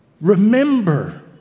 Remember